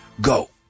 Go